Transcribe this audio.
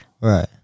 Right